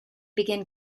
begin